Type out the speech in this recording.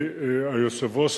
היושב-ראש,